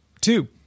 two